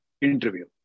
interview